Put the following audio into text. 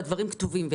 והדברים כתובים.